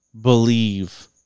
believe